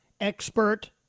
expert